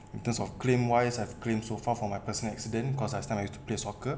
in terms of claim wise I've claimed so far from my personal accident cause last time I used to play soccer